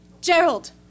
Gerald